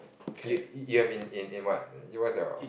you you have in in what what's your